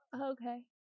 Okay